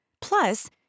Plus